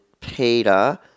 Peter